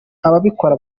ababikora